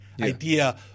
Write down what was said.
idea